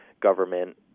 government